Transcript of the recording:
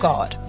God